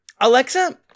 Alexa